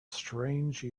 strange